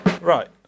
Right